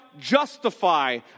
justify